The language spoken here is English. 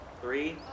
three